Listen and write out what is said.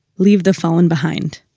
leave the fallen behind